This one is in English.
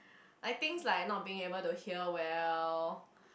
like things like not being able to hear well